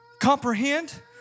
comprehend